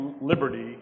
liberty